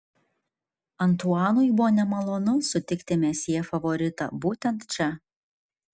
antuanui buvo nemalonu sutikti mesjė favoritą būtent čia